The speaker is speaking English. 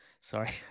Sorry